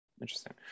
Interesting